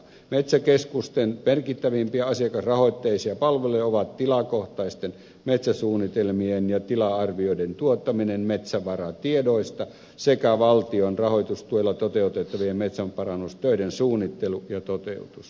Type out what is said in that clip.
metsäkeskusten merkittävimpiä asiakasrahoitteisia palveluja ovat tilakohtaisten metsäsuunnitelmien ja tila arvioiden tuottaminen metsävaratiedoista sekä valtion rahoitustuella toteutettavien metsänparannustöiden suunnittelu ja toteutus